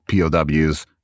POWs